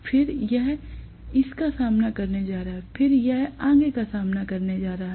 फिर यह इसका सामना करने जा रहा है फिर यह आगे का सामना करने वाला है